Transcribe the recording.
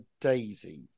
Daisy